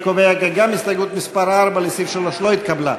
אני קובע כי גם הסתייגות מס' 4 לסעיף 3 לא התקבלה.